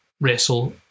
wrestle